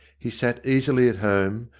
he sat easily at home,